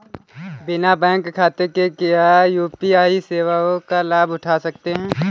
बिना बैंक खाते के क्या यू.पी.आई सेवाओं का लाभ उठा सकते हैं?